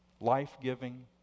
life-giving